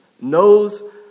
knows